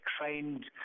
trained